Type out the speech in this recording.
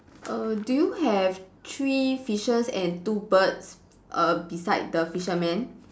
err do you have three fishes and two birds err beside the fisherman